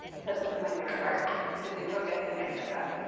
so this is my favorite part is the focus! and get shit done.